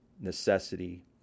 necessity